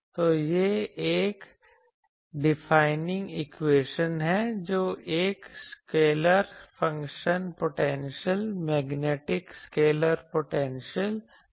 तो यह एक और डिफाइनिंग इक्वेशन है जो एक और scalar function potential magnetic scalar potential है